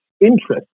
interest